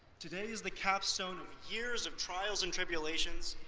today is the capstone of years of trials and tribulations,